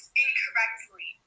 incorrectly